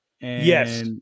Yes